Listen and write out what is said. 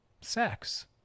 sex